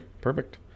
perfect